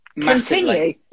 Continue